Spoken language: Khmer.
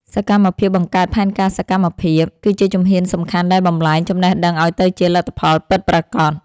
សកម្មភាពបង្កើតផែនការសកម្មភាព គឺជាជំហានសំខាន់ដែលបំប្លែងចំណេះដឹងឱ្យទៅជាលទ្ធផលពិតប្រាកដ។